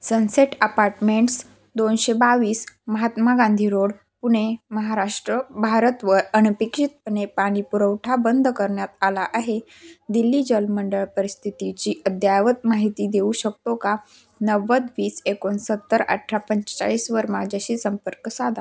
sunset apartments दोनशे बावीस Mahatma Gandhi road Pune Maharashtra भारतवर अनपेक्षितपणे पाणी पुरवठा बंद करण्यात आला आहे दिल्ली जलमंडळ परिस्थितीची अद्ययावत माहिती देऊ शकतो का नव्वद वीस एकोणसत्तर अठरा पंचेचाळीसवर माझ्याशी संपर्क साधा